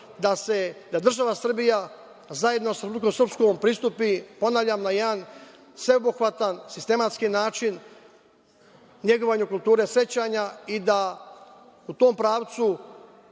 da država Srbija, zajedno sa Republikom Srpskom, pristupi, ponavljam, na jedan sveobuhvatan, sistematski način, negovanju kulture sećanja i da u tom pravcu